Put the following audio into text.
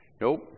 Nope